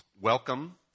Welcome